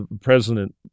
President